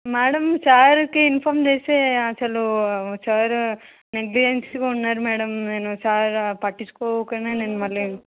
madam సార్కి inform చేస్తే అసలు సారు నెగ్లిజెన్స్గా ఉన్నారు మ్యాడమ్ నేను సారు పట్టించుకోక నేను మళ్ళీ